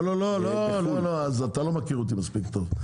לא לא, אז אתה לא מכיר אותי מספיק טוב.